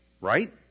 Right